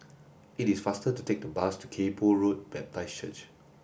it is faster to take the bus to Kay Poh Road Baptist Church